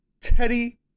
Teddy